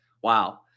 Wow